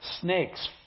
Snakes